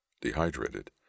Dehydrated